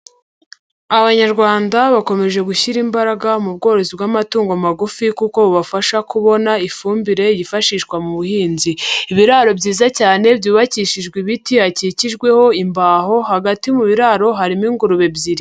Abanyarwanda bakomeje gushyira imbaraga mu bworozi bw'amatungo magufi kuko bubafasha kubona ifumbire yifashishwa mu buhinzi. Ibiraro byiza cyane byubakishijwe ibiti hakikijweho imbaho, hagati mu biraro harimo ingurube ebyiri.